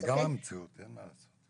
זו גם המציאות, אין מה לעשות.